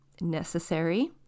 necessary